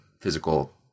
physical